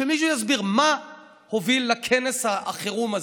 שמישהו יסביר, מה הוביל לכנס החירום הזה?